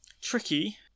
tricky